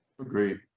Agreed